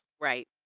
right